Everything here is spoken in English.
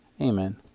Amen